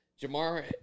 Jamar